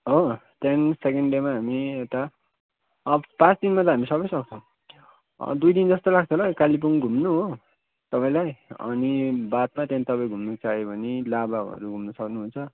हो त्यहाँदेखि सेकेन्ड डेमा हामी उता पाँच दिनमा त हामी सबै सक्छौँ दुई दिन जस्तो लाग्छ होला यो कालिम्पोङ घुम्नु हो तपाईँलाई अनि बादमा त्यहाँदेखि तपाईँ घुम्नु चाह्यो पनि लाभाहरू घुम्नु सक्नुहुन्छ